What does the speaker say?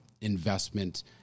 investment